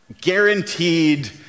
guaranteed